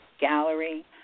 gallery